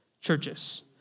churches